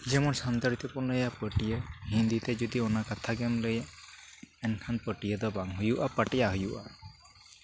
ᱡᱮᱢᱚᱱ ᱥᱟᱱᱛᱟᱲᱤ ᱛᱮᱵᱚᱱ ᱞᱟᱹᱭᱟ ᱯᱟᱹᱴᱤᱭᱟᱹ ᱦᱤᱱᱫᱤᱛᱮ ᱡᱩᱫᱤ ᱚᱱᱟ ᱠᱟᱛᱷᱟᱜᱮᱢ ᱞᱟᱹᱭᱟ ᱮᱱᱠᱷᱟᱱ ᱯᱟᱹᱴᱤᱭᱟᱹ ᱫᱚ ᱵᱟᱝ ᱦᱩᱭᱩᱜᱼᱟ ᱯᱟᱴᱭᱟ ᱦᱩᱭᱩᱜᱼᱟ